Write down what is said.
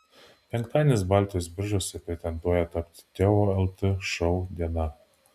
penktadienis baltijos biržose pretenduoja tapti teo lt šou diena